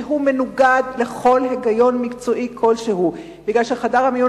שמנוגד לכל היגיון מקצועי כלשהו בגלל שחדר המיון